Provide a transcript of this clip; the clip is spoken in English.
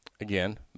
Again